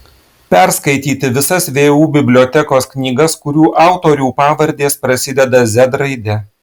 perskaityti visas vu bibliotekos knygas kurių autorių pavardės prasideda z raide